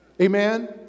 Amen